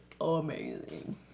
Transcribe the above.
amazing